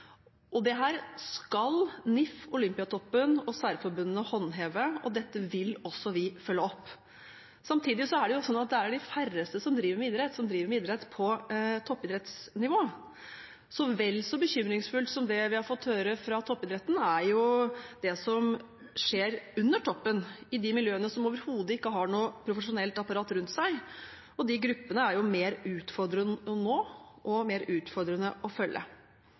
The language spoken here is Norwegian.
skal NIF, Olympiatoppen og særforbundene håndheve, og dette vil også vi følge opp. Samtidig er det de færreste som driver med idrett, som driver med idrett på toppidrettsnivå. Vel så bekymringsfullt som det vi har fått høre fra toppidretten, er det som skjer under toppen, i de miljøene som overhodet ikke har noe profesjonelt apparat rundt seg, og de gruppene er mer utfordrende nå og mer utfordrende å følge.